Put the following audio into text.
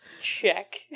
Check